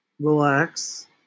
Relax